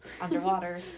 underwater